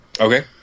Okay